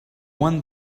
won